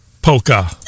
Polka